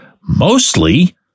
mostly